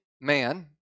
man